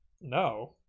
No